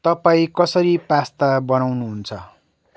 तपाईँ कसरी पास्ता बनाउनुहुन्छ